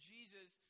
Jesus